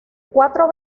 cuatro